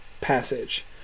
passage